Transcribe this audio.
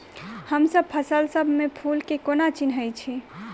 हमसब फसल सब मे फूल केँ कोना चिन्है छी?